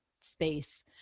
space